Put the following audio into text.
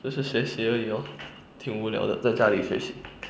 就是学习而已 lor 挺无聊的在家里学习